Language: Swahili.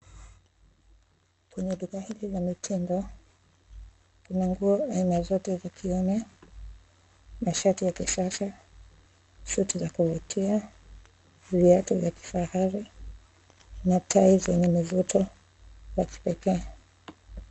Kwenye duka hili la mitindo, kuna nguo aina zote za kiume, na shati ya kisasa, suti za kuvutia, viatu vya kifahari na tai zenye mvuto wa kipekee.